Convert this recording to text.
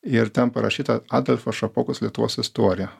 ir ten parašyta adolfo šapokos lietuvos istorija